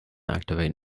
activate